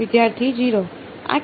વિદ્યાર્થી 0